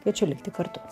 kviečiu likti kartu